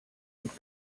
und